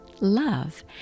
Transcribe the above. love